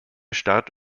start